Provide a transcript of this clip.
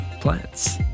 Plants